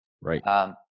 Right